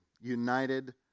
united